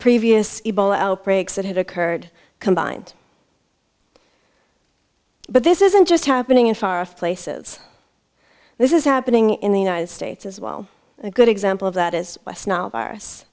previous ebola outbreaks that had occurred combined but this isn't just happening in far off places this is happening in the united states as well a good example of that is west nile virus